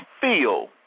feel